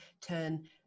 turn